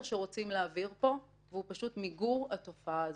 שרוצים לעביר פה שהוא מיגור התופעה הזו.